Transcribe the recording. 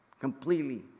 Completely